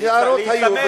הערות היו,